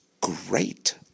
great